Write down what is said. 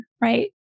Right